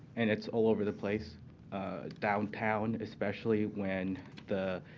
and it's all over the place downtown, especially when the